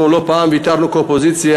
לא פעם ויתרנו, כאופוזיציה,